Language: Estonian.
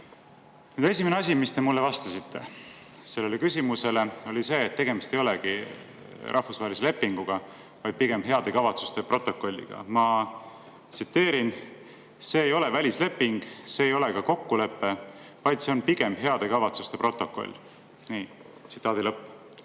Esimene asi, mida te vastasite sellele küsimusele, oli see, et tegemist ei olegi rahvusvahelise lepinguga, vaid pigem heade kavatsuste protokolliga. Ma tsiteerin: "See ei ole välisleping, see ei ole ka kokkulepe, vaid see on pigem heade kavatsuste protokoll." Mu esimene küsimus